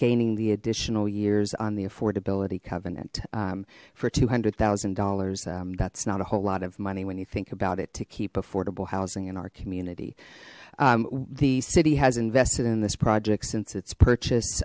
gaining the additional years on the affordability covenant for two hundred thousand dollars that's not a whole lot of money when you think about it to keep affordable housing in our community the city has invested in this project since its purchase